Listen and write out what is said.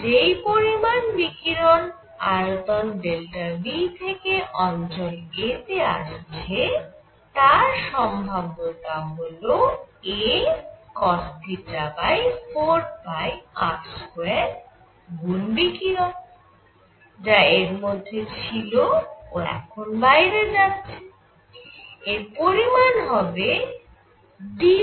যেই পরিমাণ বিকিরণ আয়তন V থেকে অঞ্চল a তে আসছে তার সম্ভাব্যতা হল a cosθ4πr2 গুন বিকিরণ যা এর মধ্যে ছিল ও এখন বাইরে যাচ্ছে এর পরিমাণ হবে dr2ru